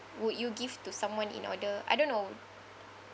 would you give to someone in order I don't know